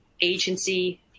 agency